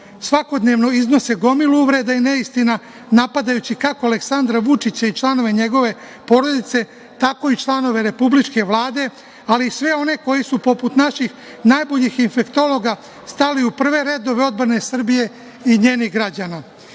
svakodnevno iznose gomilu uvreda i neistina, napadajući kako Aleksandra Vučića i članove njegove porodice, tako i članove republičke Vlade, ali i sve one koji su, poput naših najboljih infektologa, stali u prve redove odbrane Srbije i njenih građana. Upravo